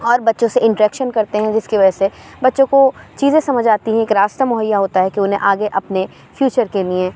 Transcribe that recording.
اور بچوں سے انٹریکشن کرتے ہیں جس کی وجہ سے بچوں کو چیزیں سمجھ آتی ہے ایک راستہ مہیّا ہوتا ہے کہ اُنہیں آگے اپنے فیوچر کے لیے